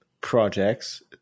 Projects